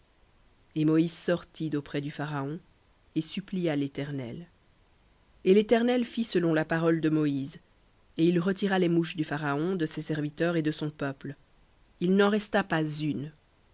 et moïse sortit d'auprès du pharaon et supplia léternel et l'éternel fit selon la parole de moïse et il retira les mouches du pharaon de ses serviteurs et de son peuple il n'en resta pas une